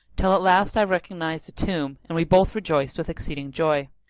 till at last i recognised the tomb and we both rejoiced with exceeding joy.